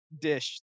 dish